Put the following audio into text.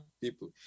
people